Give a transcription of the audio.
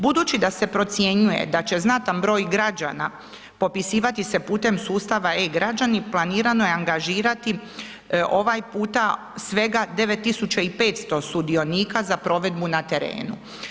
Budući da se procjenjuje da će znatan broj građana popisivati se sustava e-građani planirano je angažirati ovaj puta svega 9.500 sudionika za provedbu na terenu.